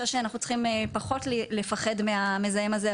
הייתה טיפה תחושה שאנחנו צריכים פחות לפחד מהמזהם הזה,